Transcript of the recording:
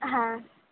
হ্যাঁ